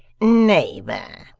neighbour,